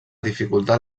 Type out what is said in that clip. dificultar